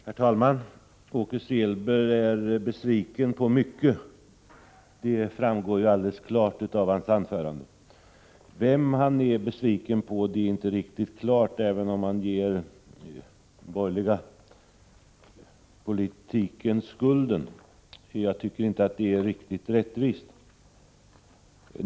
Herr talman! Åke Selberg är besviken på mycket — det framgår av hans anförande. Vad han är besviken på är inte helt klart, även om han ger den borgerliga politiken skulden. Jag tycker emellertid inte att det är riktigt rättvist.